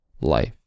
life